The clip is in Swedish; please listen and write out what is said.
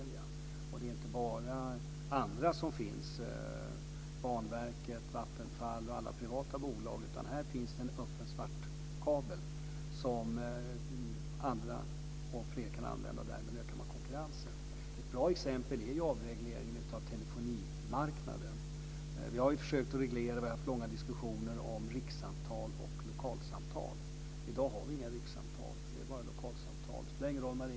Det är inte bara Telia. Det är inte bara Banverket, Vattenfall och alla privata bolag, utan här finns en öppen svart kabel som fler kan använda. Därmed ökar man konkurrensen. Ett bra exempel är avregleringen av telefonimarknaden. Vi har försökt reglera, vi har haft långa diskussioner om rikssamtal och lokalsamtal. I dag har vi inga rikssamtal.